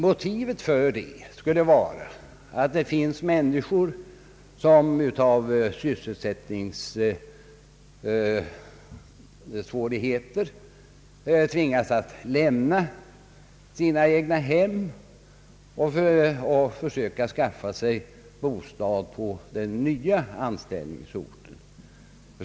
Motivet härför skulle vara att det finns människor som på grund av sysselsättningssvårigheter tvingas lämna sina egnahem och försöka skaffa sig bostad på den nya anställningsorten.